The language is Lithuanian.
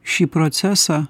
šį procesą